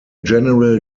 general